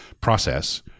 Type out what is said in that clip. process